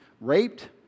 raped